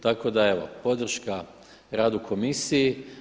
Tako da evo, podrška radu komisiji.